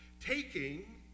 taking